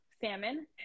salmon